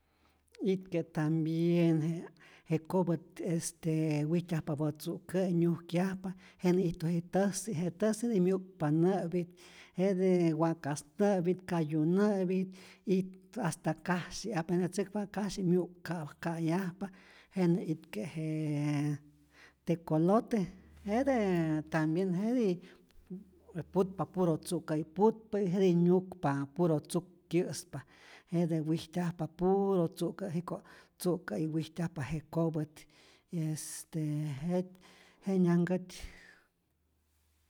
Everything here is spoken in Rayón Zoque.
Itke tambien je kopät este wijtyajpapä tzu'kä'yi nyujkyajpa, jenä ijtu je täjsi je täjsi myu'kpa nä'pit, jete wakas nä'pit, kayu nä'pit y hasta kasyi apentejatzäkpa kasyi myu'k'ka'pa, ka'yajpa, jenä' itke' j tecolote, jete tambien jetij ä ä putpa puro tzu'kä'yi putpa y jetij nyukpa puro tzuk kyä'spa, jete wijtyajpap puro tzu'kä' jiko', tzu'kä'yi wijtyajpa je kopät, y este jet, jenyanhkätyi.